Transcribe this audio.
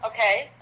okay